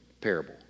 parable